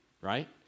right